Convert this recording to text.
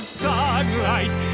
sunlight